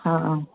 हँ